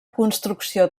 construcció